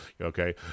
okay